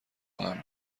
خواهم